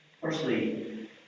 Firstly